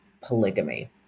polygamy